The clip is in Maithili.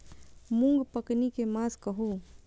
मूँग पकनी के मास कहू?